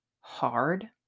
hard